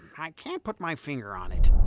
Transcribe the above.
i can't put my finger on it.